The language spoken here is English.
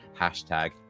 Hashtag